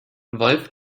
wolff